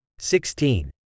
Sixteen